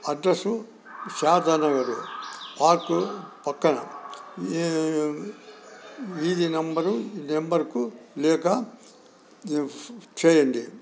address Sharada Nagar park పక్కన వీధి number నెంబర్కు లేక చేయండి